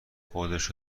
خودش